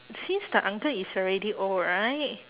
since the uncle is already old right